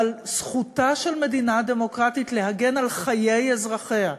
אבל זכותה של מדינה דמוקרטית להגן על חיי אזרחיה,